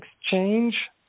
exchange